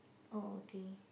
oh okay